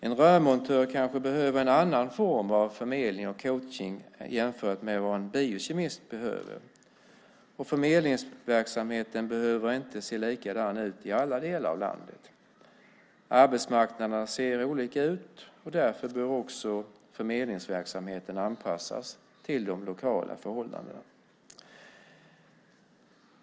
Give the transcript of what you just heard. En rörmontör kanske behöver en annan form av förmedling och coachning än en biokemist, och förmedlingsverksamheten behöver inte se likadan ut i alla delar av landet. Arbetsmarknaderna ser olika ut, och därför bör förmedlingsverksamheten anpassas till de lokala förhållandena.